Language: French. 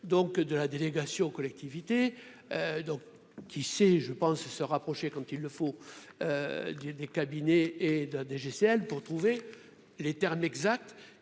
donc de la délégation aux collectivités, donc qui c'est, je pense, se rapprocher quand il le faut, des des cabinets et d'DGCL pour trouver les termes exacts